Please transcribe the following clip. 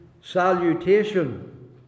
salutation